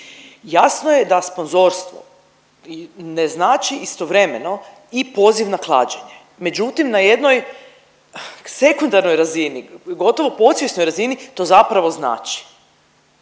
Jasno je da sponzorstvo ne znači istovremeno i poziv na klađenje, međutim na jednoj sekundarnoj razini gotovo podsvjesnoj razini to zapravo znači.